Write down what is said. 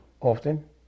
Often